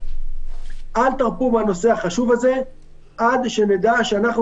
אל תרפו מהנושא החשוב הזה עד שנדע שאנחנו